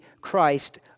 Christ